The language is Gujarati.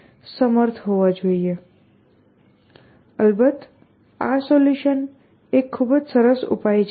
અલબત્ત આ સોલ્યુશન એક ખૂબ સરસ ઉપાય છે જેણે આ હકીકતની વ્યાખ્યા કરી હતી મેં કહ્યું છે કે તે PSPACE COMPLETE છે પરંતુ હકીકતમાં બ્લોક્સ વર્લ્ડ ડોમેનમાં એક ખૂબ જ સરળ અલ્ગોરિધમ છે